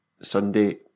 Sunday